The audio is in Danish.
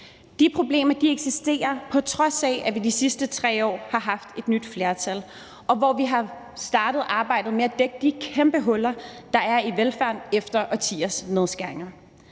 De problemer eksisterer, på trods af at vi de sidste 3 år har haft et nyt flertal, og hvor vi har startet arbejdet med at dække de kæmpe huller, der er i velfærden efter årtiers nedskæringer.